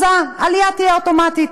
העליה תהיה אוטומטית.